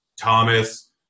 Thomas